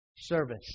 service